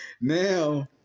now